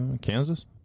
Kansas